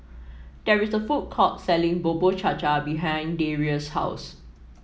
there is a food court selling Bubur Cha Cha behind Darius' house